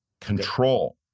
control